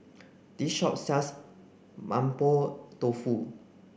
this shop sells Mapo Tofu